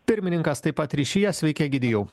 pirmininkas taip pat ryšyje sveiki egidijau